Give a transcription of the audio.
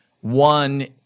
One